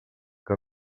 que